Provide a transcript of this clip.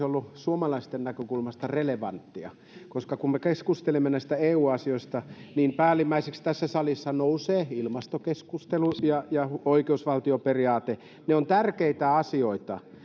ollut suomalaisten näkökulmasta relevanttia koska kun me keskustelemme näistä eu asioista niin päällimmäiseksi tässä salissa nousee ilmastokeskustelu ja ja oikeusvaltioperiaate ne ovat tärkeitä asioita